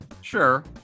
Sure